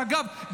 אגב,